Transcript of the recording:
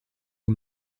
aux